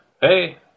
hey